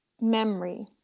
memory